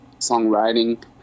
songwriting